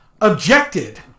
objected